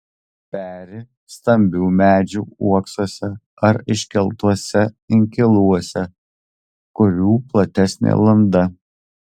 peri stambių medžių uoksuose ar iškeltuose inkiluose kurių platesnė landa